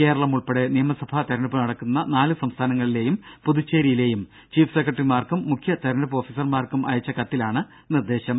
കേരളം ഉൾപ്പെടെ നിയമസഭാ തിരഞ്ഞെടുപ്പ് നടക്കുന്ന നാല് സംസ്ഥാനങ്ങളിലെയും പുതുച്ചേരിയിലെയും ചീഫ് സെക്രട്ടറിമാർക്കും മുഖ്യ തിരഞ്ഞെടുപ്പ് ഓഫീസർമാർക്കും അയച്ച കത്തിലാണ് നിർദ്ദേശം